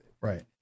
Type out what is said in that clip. right